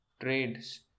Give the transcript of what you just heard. trades